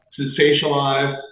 sensationalized